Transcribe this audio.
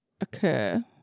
occur